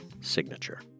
signature